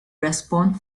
respond